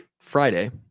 Friday